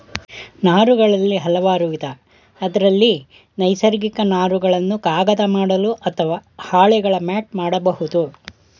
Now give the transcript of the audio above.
ನಾರುಗಳಲ್ಲಿ ಹಲವಾರುವಿಧ ಅದ್ರಲ್ಲಿ ನೈಸರ್ಗಿಕ ನಾರುಗಳನ್ನು ಕಾಗದ ಮಾಡಲು ಅತ್ವ ಹಾಳೆಗಳ ಮ್ಯಾಟ್ ಮಾಡ್ಬೋದು